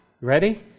Ready